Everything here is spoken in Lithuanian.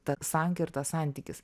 ta sankirta santykis